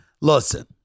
Listen